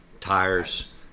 tires